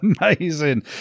Amazing